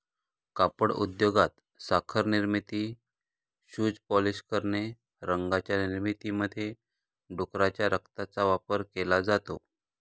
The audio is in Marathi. कापड उद्योगात, साखर निर्मिती, शूज पॉलिश करणे, रंगांच्या निर्मितीमध्ये डुकराच्या रक्ताचा वापर केला जातो